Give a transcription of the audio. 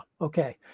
Okay